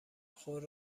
خود